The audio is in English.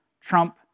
trump